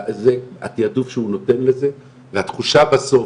התיעדוף שהוא נותן לזה והתחושה בסוף,